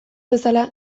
bezala